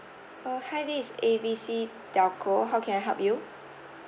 uh hi this is A B C telco how can I help you